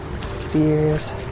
Spears